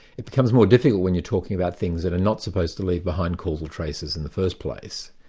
it becomes more difficult when you're talking about things that are not supposed to leave behind causal traces in the first place.